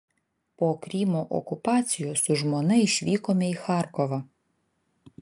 po krymo okupacijos su žmona išvykome į charkovą